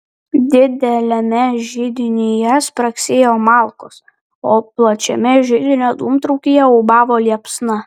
dideliame židinyje spragsėjo malkos o plačiame židinio dūmtraukyje ūbavo liepsna